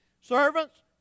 servants